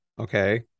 Okay